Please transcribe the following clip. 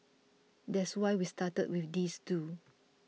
that's why we started with these two